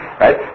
right